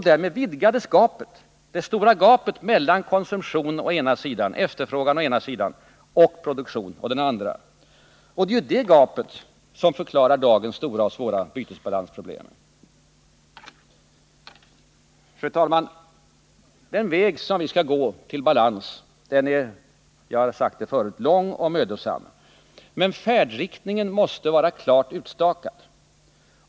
Därmed vidgades det stora gapet mellan konsumtion å ena sidan och produktion å den andra. Det är det gapet som förklarar dagens stora och svåra bytesbalansproblem. Fru talman! Den väg som vi skall färdas för att nå balans är lång och mödosam. Men färdriktningen måste vara klart utstakad.